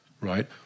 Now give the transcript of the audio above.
right